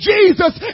Jesus